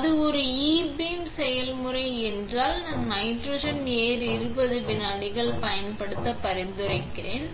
அது ஒரு ebeam செயல்முறை என்றால் நான் நைட்ரஜன் ஏர் இருபது விநாடிகள் பயன்படுத்த பரிந்துரைக்கிறேன்